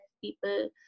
people